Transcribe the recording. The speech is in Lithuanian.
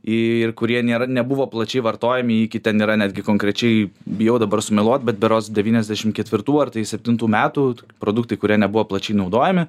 ir kurie nėra nebuvo plačiai vartojami iki ten yra netgi konkrečiai bijau dabar sumeluot bet berods devyniasdešim ketvirtų ar tai septintų metų produktai kurie nebuvo plačiai naudojami